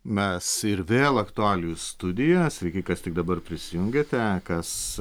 mes ir vėl aktualijų studijoj sveiki kas tik dabar prisijungėte kas